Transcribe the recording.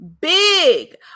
big